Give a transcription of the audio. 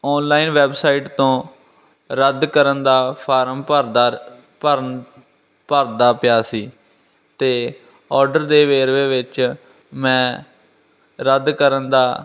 online website ਤੋਂ ਰੱਦ ਕਰਨ ਦਾ ਫਾਰਮ ਭਰਦਾ ਭਰਨ ਭਰਦਾ ਪਿਆ ਸੀ ਅਤੇ ਆਰਡਰ ਦੇ ਵੇਰਵੇ ਵਿੱਚ ਮੈਂ ਰੱਦ ਕਰਨ ਦਾ